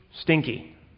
stinky